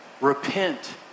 repent